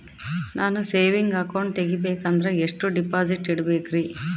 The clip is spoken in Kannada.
ನಾನು ಸೇವಿಂಗ್ ಅಕೌಂಟ್ ತೆಗಿಬೇಕಂದರ ಎಷ್ಟು ಡಿಪಾಸಿಟ್ ಇಡಬೇಕ್ರಿ?